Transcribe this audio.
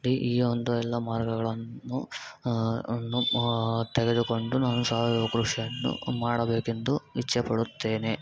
ಈ ಈವೊಂದು ಎಲ್ಲ ಮಾರ್ಗಗಳನ್ನು ಅನ್ನು ತೆಗೆದುಕೊಂಡು ನಾನು ಸಾವಯವ ಕೃಷಿಯನ್ನು ಮಾಡಬೇಕೆಂದು ಇಚ್ಛೆಪಡುತ್ತೇನೆ